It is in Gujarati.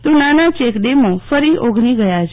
તો નાના ચેક ડેમો ફરી ઓગની ગયા છે